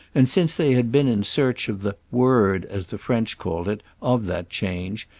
and since they had been in search of the word as the french called it, of that change,